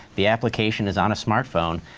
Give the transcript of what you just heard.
the application is on a smartphone.